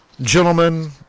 gentlemen